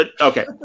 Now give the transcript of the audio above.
okay